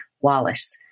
Wallace